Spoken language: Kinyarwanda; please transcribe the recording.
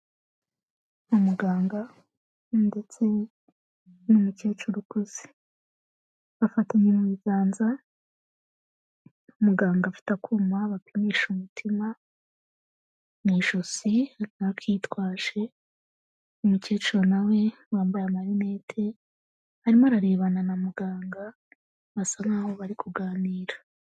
Umuganga ndetse n'umukecuru ukuze bafatanye mu biganza, muganga afite akuma bapimisha umutima mu ijosi, arakitwaje, umukecuru na we wambaye amarinete arimo ararebana na muganga basa nkaho bari kuganira.